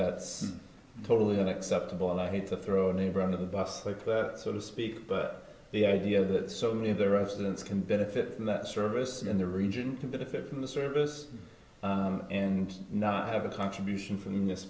that's totally unacceptable i hate to throw a neighbor under the bus like that so to speak but the idea that so many of the residents can benefit from that service in the region to benefit from the service and not have a contribution from this